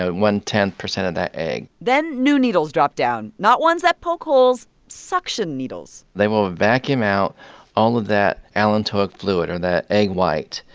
ah one-tenth percent of that egg then new needles drop down not ones that poke holes suction needles they will vacuum out all of that allantoic fluid, or that egg white.